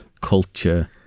Culture